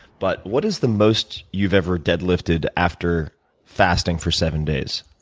but what is the most you've ever deadlifted after fasting for seven days?